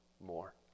more